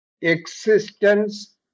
Existence